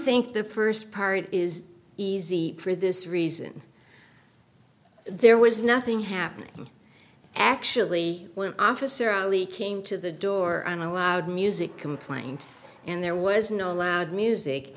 think the first part is easy for this reason there was nothing happening actually when officer only came to the door on a loud music complaint and there was no loud music